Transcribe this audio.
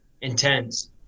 intense